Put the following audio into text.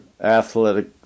athletic